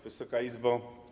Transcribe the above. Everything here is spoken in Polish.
Wysoka Izbo!